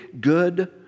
good